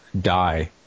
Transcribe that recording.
die